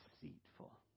deceitful